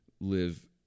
live